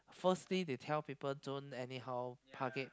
first thing they tell people don't anyhow park it